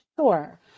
Sure